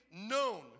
known